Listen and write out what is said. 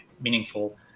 meaningful